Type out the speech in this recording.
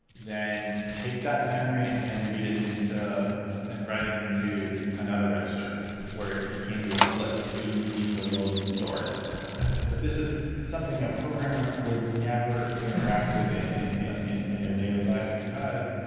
then take that memory and and read it into and write it into another register where you can do a flip. so you would need to load and store that that type of thing. but this is something a programmer would never interact with in in their daily life, because,